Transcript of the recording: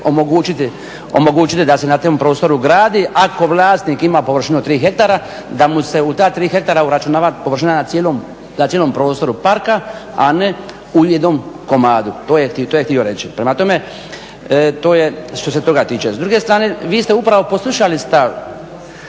omogućiti da se na tom prostoru gradi, ako vlasnik ima površinu tri hektara da mu se u ta tri hektara uračunava površina na cijelom prostoru parka a ne u jednom komadu. To je htio reći. Prema tome to je što se toga tiče. S druge strane vi ste upravo poslušali stav